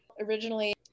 originally